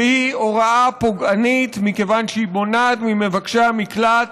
והיא הוראה פוגענית מכיוון שהיא מונעת ממבקשי המקלט